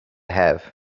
have